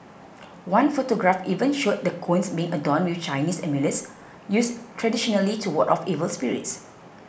one photograph even showed the cones being adorn with Chinese amulets used traditionally to ward off evil spirits